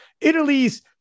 Italy's